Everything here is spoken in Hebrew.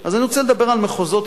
אז אני רוצה לדבר על מחוזות,